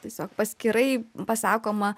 tiesiog paskirai pasakoma